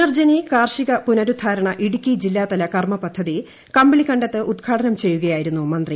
പുനർജനി കാർഷിക പുനരുദ്ധാരണ ഇടുക്കി ജില്ലാതല കർമ്മ പരിപാടി കമ്പിളികണ്ടത്ത് ഉദ്ഘാടനം ചെയ്യുകയായിരുന്നു മന്ത്രി